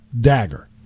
dagger